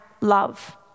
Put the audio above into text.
love